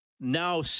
now